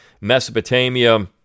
Mesopotamia